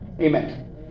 Amen